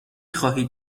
خواهید